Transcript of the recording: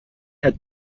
had